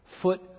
foot